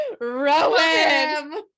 Rowan